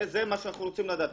זה מה שאנחנו רוצים לדעת.